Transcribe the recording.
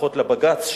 לפחות לבג"ץ,